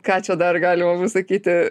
ką čia dar galima sakyti